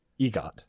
egot